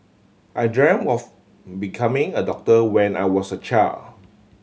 I dreamt of becoming a doctor when I was a child